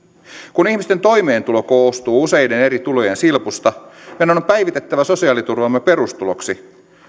kun ihmisten toimeentulo koostuu useiden eri tulojen silpusta meidän on päivitettävä sosiaaliturvamme perustuloksi